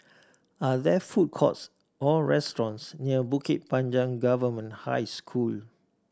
are there food courts or restaurants near Bukit Panjang Government High School